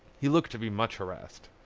he looked to be much harassed.